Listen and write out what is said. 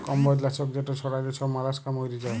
কম্বজ লাছক যেট ছড়াইলে ছব মলাস্কা মইরে যায়